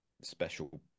special